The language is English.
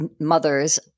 mothers